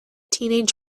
teenage